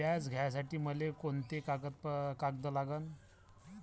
व्याज घ्यासाठी मले कोंते कागद लागन?